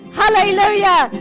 hallelujah